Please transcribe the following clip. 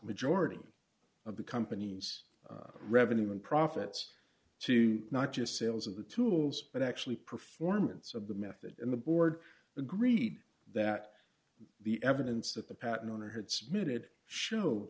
majority of the company's revenue and profits to not just sales of the tools but actually performance of the method in the board agreed that the evidence that the patent owner had submitted show